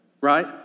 right